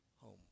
home